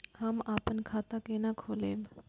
हम आपन खाता केना खोलेबे?